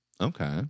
Okay